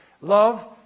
love